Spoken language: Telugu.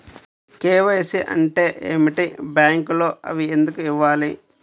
కే.వై.సి అంటే ఏమిటి? బ్యాంకులో అవి ఎందుకు ఇవ్వాలి?